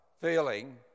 feeling